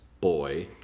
boy